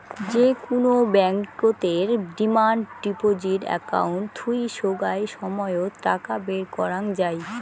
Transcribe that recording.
যে কুনো ব্যাংকতের ডিমান্ড ডিপজিট একাউন্ট থুই সোগায় সময়ত টাকা বের করাঙ যাই